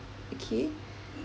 okay